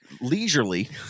leisurely